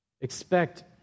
Expect